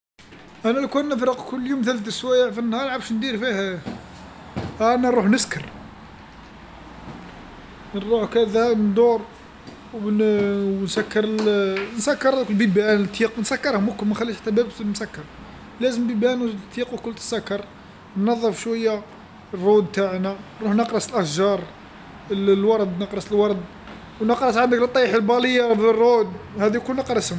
أنا لو كان نفرغ كل يوم ثلث سوايع فالنهار تعرف واش ندير فيها، أنا نروح نسكر، نروح كذا ندور، ون- نسكر نسكر البيبان التيق نسكرهم الكل، ما نخلي حتى باب ما مسكر، لازم بيبان وتيق الكل تسكر، نظف شويه الرود تاعنا، نروح نغرس أشجار ال- الورد نغرس الورد و نغرس باليا رود هاذو الكل نغرسهم.